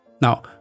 Now